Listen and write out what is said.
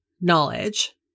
knowledge